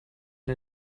der